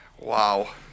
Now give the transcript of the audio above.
Wow